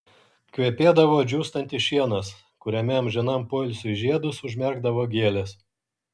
kvepėdavo džiūstantis šienas kuriame amžinam poilsiui žiedus užmerkdavo gėlės